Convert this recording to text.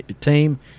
team